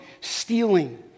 stealing